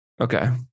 Okay